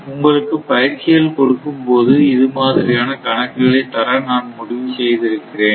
உங்களுக்கு பயிற்சிகள் கொடுக்கும் போது இது மாதிரியான கணக்குகளை தர நான் முடிவு செய்து இருக்கிறேன்